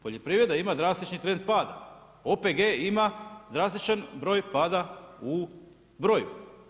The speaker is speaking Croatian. Poljoprivreda ima drastičan trend pada, OPG ima drastičan broj pada u broju.